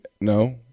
no